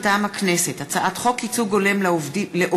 מטעם הכנסת: הצעת חוק ייצוג הולם לעובדים